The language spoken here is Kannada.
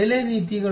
ಬೆಲೆ ನೀತಿಗಳು